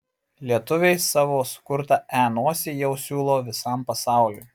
lietuviai savo sukurtą e nosį jau siūlo visam pasauliui